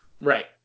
Right